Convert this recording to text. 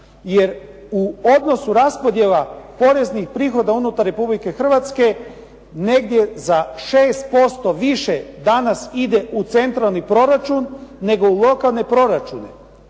jer u odnosu raspodjela poreznih prihoda unutar Republike Hrvatske negdje za 6% više danas ide u centralni proračun nego u lokalne proračune